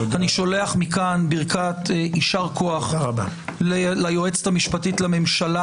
אני שולח מכאן ברכת יישר כוח ליועצת המשפטית לממשלה.